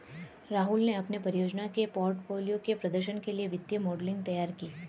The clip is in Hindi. राहुल ने अपनी परियोजना के पोर्टफोलियो के प्रदर्शन के लिए वित्तीय मॉडलिंग तैयार की